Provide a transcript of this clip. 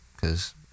Cause